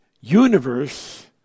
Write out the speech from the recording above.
universe